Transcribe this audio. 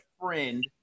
friend